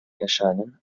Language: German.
erscheinen